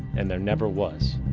and there never was.